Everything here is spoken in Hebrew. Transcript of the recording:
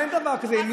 אין דבר כזה, אז